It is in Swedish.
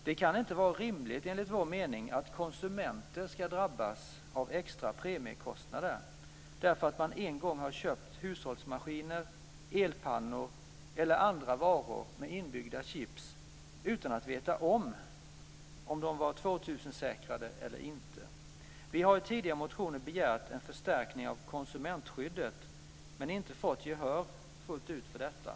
Det kan inte vara rimligt, enligt vår mening, att konsumenter ska drabbas av extra premiekostnader därför att man en gång har köpt hushållsmaskiner, elpannor eller andra varor med inbyggda chips utan att veta om de var 2000-säkrade eller inte. Vi har i tidigare motioner begärt en förstärkning av konsumentskyddet men inte fått gehör fullt ut för detta.